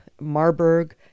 Marburg